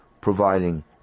providing